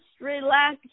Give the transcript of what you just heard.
relax